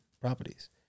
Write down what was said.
properties